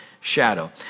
shadow